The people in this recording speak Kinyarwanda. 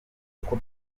uko